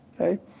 okay